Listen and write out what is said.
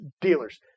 dealers